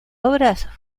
obras